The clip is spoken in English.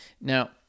now